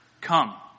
come